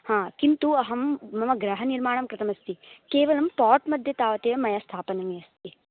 हा किन्तु अहं मम गृहनिर्माणं कृतमस्ति केवलं पाट् मघ्ये तावत् एव मया स्थापनियम् अस्ति